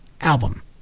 album